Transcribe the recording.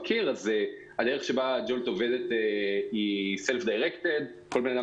הדרך שבה Jolt עובדת היא self-directed כל אדם